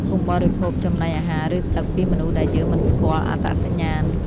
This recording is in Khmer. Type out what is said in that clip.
កុំបរិភោគចំណីអាហារ ឬទឹកពីមនុស្សដែលយើងមិនស្គាល់អត្តសញ្ញាណ។